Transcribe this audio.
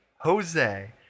Jose